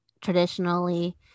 traditionally